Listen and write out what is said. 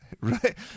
Right